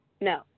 No